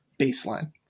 baseline